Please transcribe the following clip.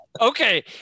Okay